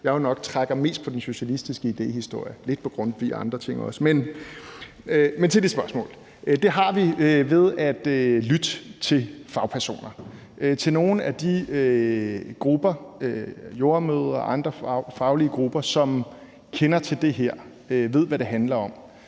nok trækker mest på den socialistiske idéhistorie, lidt på Grundtvig og andre ting også. Men til dit spørgsmål vil jeg sige, at det er vi ved at lytte til fagpersoner, til nogle af de grupper, altså jordemødre og andre faglige grupper, som kender til det her og ved, hvad det handler om.